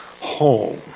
home